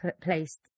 placed